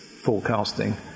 forecasting